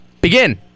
Begin